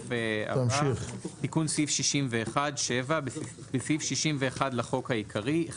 תיקון סעיף 61.7. בסעיף 61 לחוק העיקרי,